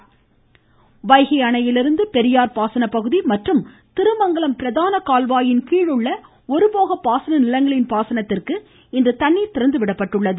வைகை திறப்பு வைகை அணையிலிருந்து பெரியார் பாசன பகுதி மற்றும் திருமங்கலம் பிரதான கால்வாயின் கீழ் உள்ள ஒரு போக பாசன நிலங்களின் பாசனத்திற்கு இன்று தண்ணீர் திறந்துவிடப்பட்டுள்ளது